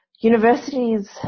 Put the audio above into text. Universities